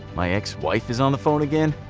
my ex-wife is on the phone again?